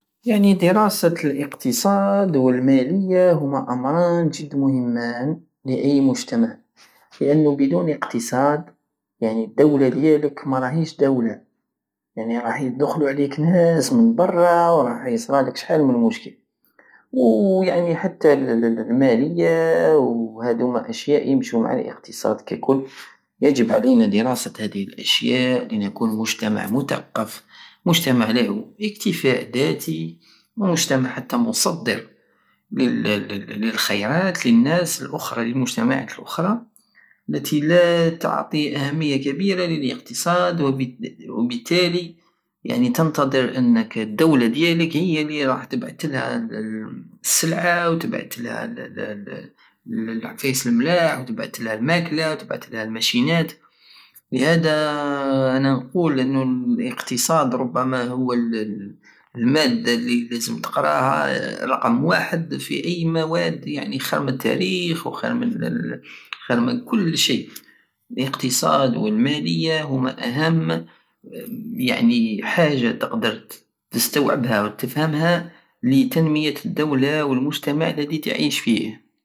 يعني دراسة الاقتصاد والمالية هما امران جد مهمان لاي مجتمع لانو بدون اقتصاد يعني الدولة ديالك ماراهيش دولة يعني رح يدخلو عليك ناس من برى وراح يصرالك شحال من مشكل ويعني حتى المالية وهدوما اشياء يمشو مع الاقتصاد ككل يجب علينا دراسة هته الاشياء لنكون مجتمع متقف مجامع له اكتفاء داتي مجتمع حتى مصدر لل- لخيرات لناس الاخرى للمجتمعات الاخرى التي لاتعطي اهمية كبيرة للاقتصاد ويالتالي تناضر ان الدولة ديالك هي الي رح تبعتلها السلعة وتبعتلها لعفايس لملاح وتبعتلها الماكلة وتبعتلها المشينان لهدا انا نقول ان الاقتصاد ربما هو المادة الي لازم تقراها رقم واحد في اي مواد يعني خير من التاريخ وخير من ال- كل شيء الاقتصاد والمالية هما اهم يعني حاجة تقدر تستوعبها وتفهمها لتنمية الدولة والمجتمع الدي تعيش فيه